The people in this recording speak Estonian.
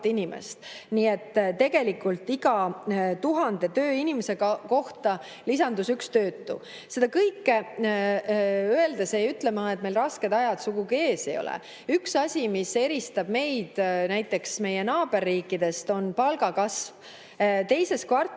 inimest. Nii et tegelikult iga 1000 tööinimese kohta lisandus üks töötu. Seda kõike öeldes ei ütle ma sugugi, et meil rasked ajad ees ei ole. Üks asi, mis eristab meid näiteks meie naaberriikidest, on palgakasv. Teises kvartalis